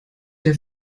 der